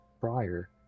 prior